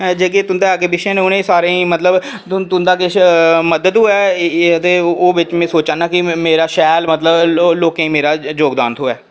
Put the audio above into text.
जेह्के तुं'दे अग्गें पिच्छें उ'नें सारें ई मतलब तुं'दा किश मदद होऐ ते ओह् बिच में सोचा ना कि मेरा शैल मतलब लोकें गी मेरा